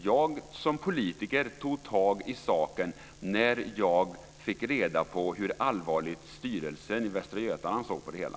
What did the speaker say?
Jag som politiker tog tag i saken när jag fick reda på hur allvarligt polisstyrelsen i Västra Götaland såg på det hela.